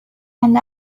and